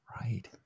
right